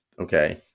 Okay